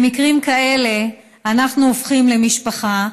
במקרים כאלה אנחנו הופכים למשפחה,